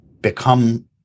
become